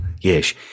Yes